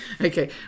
Okay